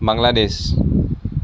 Bangladesh